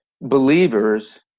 Believers